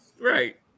Right